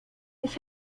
ich